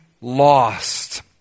lost